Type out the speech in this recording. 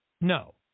no